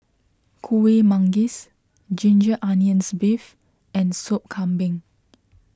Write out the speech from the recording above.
Kueh Manggis Ginger Onions Beef and Sop Kambing